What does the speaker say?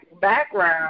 background